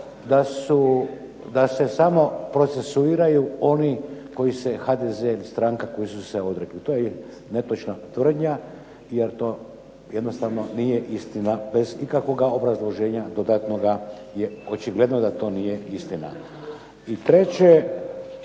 da se samo procesuiraju oni koji se HDZ, stranka kojih su se odrekli. To je netočna tvrdnja, jer to jednostavno nije istina, bez ikakvoga obrazloženja dodatnoga je očigledno da to nije istina. I treće,